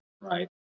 right